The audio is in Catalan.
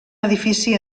edifici